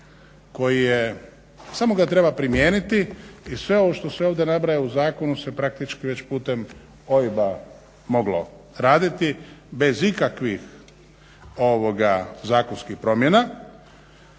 koji je, samo ga treba primijeniti i sve ovo što se ovdje nabraja u zakonu se praktički već putem OIB-a moglo raditi bez ikakvih zakonskih promjena.